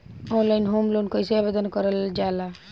Online home loan कैसे आवेदन करल जा ला?